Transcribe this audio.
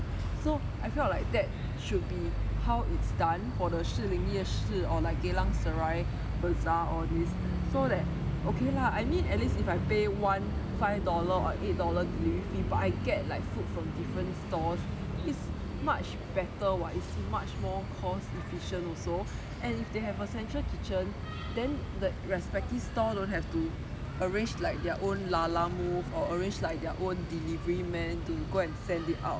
so I felt like that should be how it's done for the 士林夜市 or like geylang serai bazaar all these so that okay lah I mean at least if I pay one five dollar or eight dollar deliver fee by card but I get like food from different stores it's much better [what] it's much more cost efficient also and if they have a central kitchen then the respective store don't have to arrange like their own lalamove or arrange like their own delivery man to go and send it out